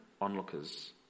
onlookers